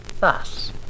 Thus